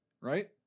right